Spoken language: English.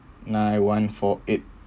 nine one four eight